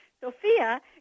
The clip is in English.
Sophia